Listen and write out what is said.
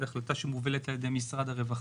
זאת החלטה שמובלת על ידי משרד הרווחה.